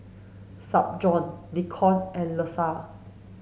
Spurgeon Nikko and Leisha